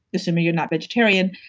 assuming your not vegetarian,